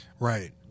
Right